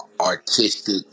artistic